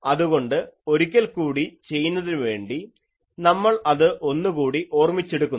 അതുകൊണ്ട് ഒരിക്കൽ കൂടി ചെയ്യുന്നതിനുവേണ്ടി നമ്മൾ അത് ഒന്നു കൂടി ഓർമ്മിച്ചെടുക്കുന്നു